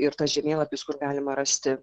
ir tas žemėlapis kur galima rasti